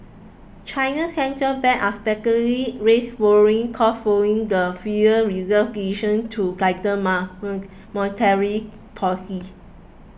China's Central Bank unexpectedly raised borrowing costs following the Federal Reserve's to tighten monetary